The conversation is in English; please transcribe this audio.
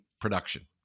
production